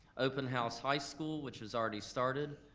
open house high school, which has already started,